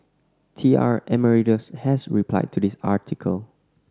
T R Emeritus has replied to this article